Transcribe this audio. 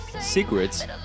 secrets